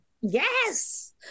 yes